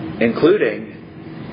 including